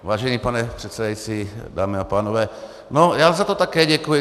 Vážený pane předsedající, dámy a pánové, já za to také děkuji.